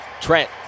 Trent